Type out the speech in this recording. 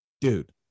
dude